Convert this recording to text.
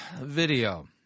video